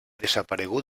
desaparegut